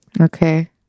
Okay